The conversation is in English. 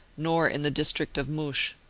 nor in the district of moush.